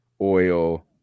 oil